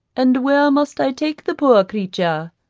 and where must i take the poor creature?